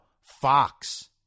Fox